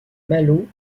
malo